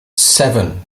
seven